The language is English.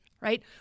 right